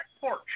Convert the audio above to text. porch